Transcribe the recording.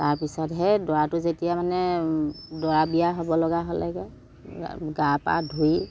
তাৰপিছতহে দৰাটো যেতিয়া মানে দৰা বিয়া হ'ব লগা হ'লে গা পা ধুই